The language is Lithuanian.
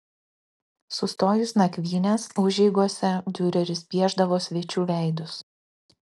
sustojus nakvynės užeigose diureris piešdavo svečių veidus